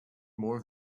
more